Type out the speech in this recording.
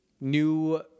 New